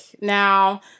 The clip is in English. Now